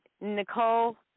Nicole